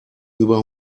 über